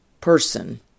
person